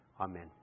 Amen